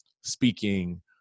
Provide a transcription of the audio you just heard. Speaking